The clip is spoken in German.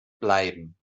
bleiben